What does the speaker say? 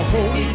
Holy